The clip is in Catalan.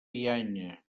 bianya